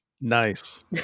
Nice